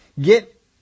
Get